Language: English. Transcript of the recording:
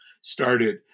started